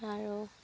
আৰু